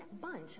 Bunch